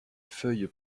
feuilles